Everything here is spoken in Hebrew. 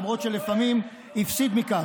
למרות שלפעמים הפסיד מכך.